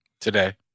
Today